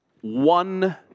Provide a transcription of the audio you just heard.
one